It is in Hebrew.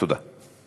תודה.